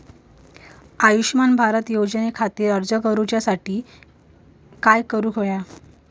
आयुष्यमान भारत योजने खातिर अर्ज करूच्या खातिर काय करुक होया?